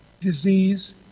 disease